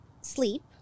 sleep